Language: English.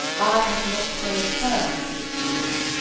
i have not told her the truth, you mean.